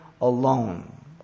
alone